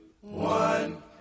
one